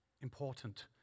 important